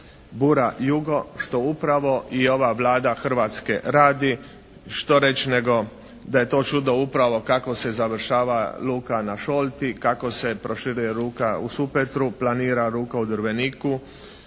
bura, jugo, što upravo i ova Vlada Hrvatske radi. Što reći nego da je to čudo upravo kako se završava luka na Šolti, kako se proširuje luka u Supetru, planira luka u Drveniku.